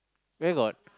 where got